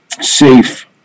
safe